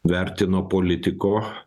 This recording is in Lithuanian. vertino politiko